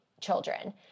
children